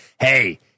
hey